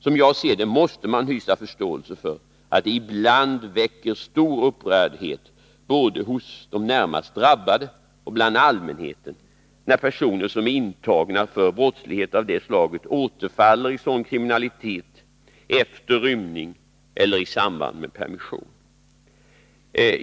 Som jag ser det måste man hysa förståelse för att det ibland väcker stor upprördhet både hos de närmast drabbade och bland allmänheten när personer som är intagna för brottslighet av det slaget återfaller i sådan kriminalitet efter rymning eller i samband med permission.